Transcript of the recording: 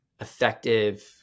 effective